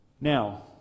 Now